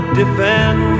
defend